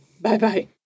Bye-bye